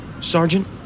Sergeant